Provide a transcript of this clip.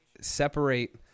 separate